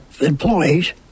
employees